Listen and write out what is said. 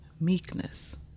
meekness